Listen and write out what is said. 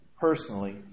personally